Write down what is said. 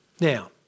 Now